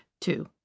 two